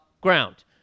ground